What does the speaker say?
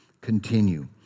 continue